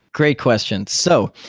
great question. so,